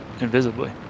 invisibly